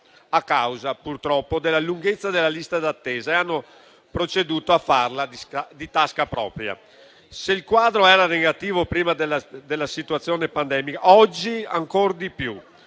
a causa, purtroppo, della lunghezza delle liste d'attesa e hanno proceduto a farla di tasca propria. Se il quadro era negativo prima della situazione pandemica, oggi lo è ancor di più.